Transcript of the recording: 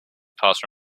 passed